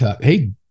hey